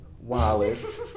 Wallace